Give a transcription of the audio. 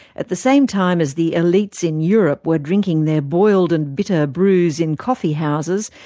at the same time as the elites in europe were drinking their boiled and bitter brews in coffee houses,